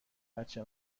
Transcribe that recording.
بچه